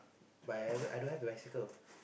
but I I don't have a bicycle